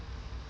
nice though